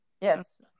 Yes